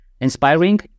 Inspiring